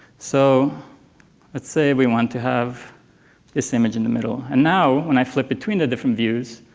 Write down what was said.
so let's say we want to have this image in the middle, and now when i flip between the different views,